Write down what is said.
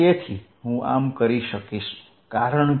તેથી હું આમ કરી શકીશ કારણ કે